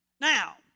Now